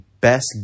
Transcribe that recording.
best